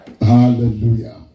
Hallelujah